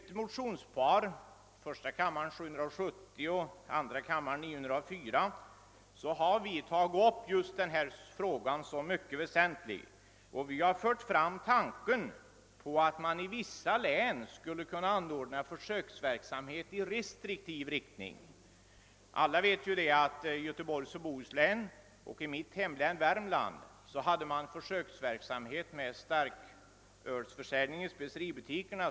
I motionerna I: 770 och II: 904 har vi tagit upp denna fråga som mycket väsentlig. Vi har fört fram tanken att man i vissa län skulle kunna anordna en försöksverksamhet i restriktiv riktning. I Göteborgs och Bohus län och i mitt hemlän, Värmlands län, hade man för ett par år sedan försöksverksamhet med starkölsförsäljning i speceributikerna.